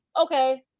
okay